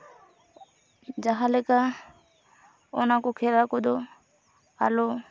ᱡᱟᱦᱟᱸᱞᱮᱠᱟ ᱚᱱᱟ ᱠᱚ ᱠᱷᱮᱞᱟ ᱠᱚᱫᱚ ᱟᱞᱚ